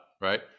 right